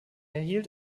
erhielt